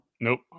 Nope